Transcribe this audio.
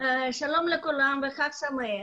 שלום לכולם וחג שמח.